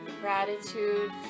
Gratitude